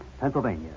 Pennsylvania